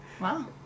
Wow